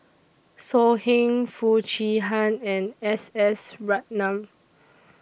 So Heng Foo Chee Han and S S Ratnam